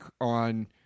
on